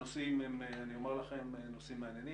הנושאים אני אומר לכם הם נושאים מעניינים,